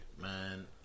Man